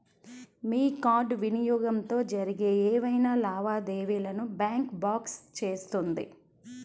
మీ card వినియోగంతో జరిగే ఏవైనా లావాదేవీలను బ్యాంక్ బ్లాక్ చేస్తుంది